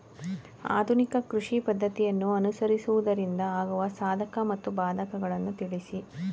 ಆಧುನಿಕ ಕೃಷಿ ಪದ್ದತಿಯನ್ನು ಅನುಸರಿಸುವುದರಿಂದ ಆಗುವ ಸಾಧಕ ಮತ್ತು ಬಾಧಕಗಳನ್ನು ತಿಳಿಸಿ?